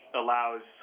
allows